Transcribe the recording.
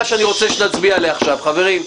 שאני רוצה שנצביע עליה עכשיו: חברים,